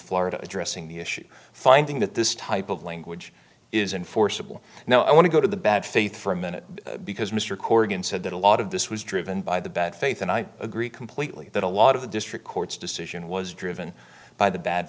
florida addressing the issue finding that this type of language is enforceable now i want to go to the bad faith for a minute because mr corrigan said that a lot of this was driven by the bad faith and i agree completely that a lot of the district court's decision was driven by the bad